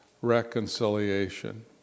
reconciliation